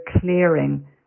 clearing